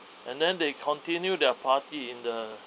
and then they continue their party in the